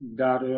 dar